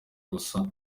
mussa